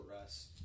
rest